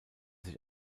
sich